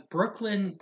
Brooklyn